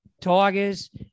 Tigers